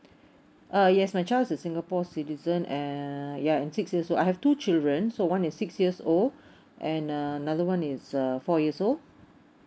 uh yes my child is a singapore citizen and ya in six years old I have two children so one is six years old and uh another one is a four years old